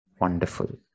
wonderful